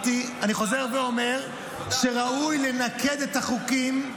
אני חוזר ואומר שראוי לנקד את החוקים.